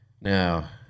Now